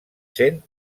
sent